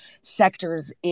sectors